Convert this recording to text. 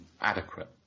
adequate